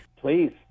Please